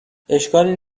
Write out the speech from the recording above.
اشکالی